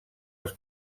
els